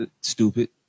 stupid